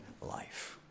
life